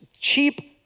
cheap